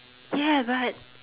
ya but